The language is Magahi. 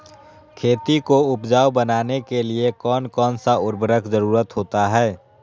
खेती को उपजाऊ बनाने के लिए कौन कौन सा उर्वरक जरुरत होता हैं?